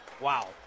Wow